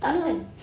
tak kan